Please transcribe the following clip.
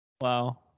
Wow